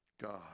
God